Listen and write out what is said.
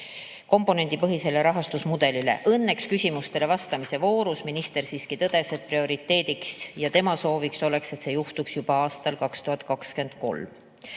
komponendipõhisele rahastamismudelile. Õnneks küsimustele vastamise voorus minister tõdes, et prioriteediks ja tema sooviks oleks, et see juhtuks juba aastal 2023.